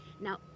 Now